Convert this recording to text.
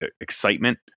excitement